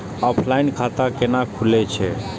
Offline खाता कैना खुलै छै?